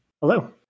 Hello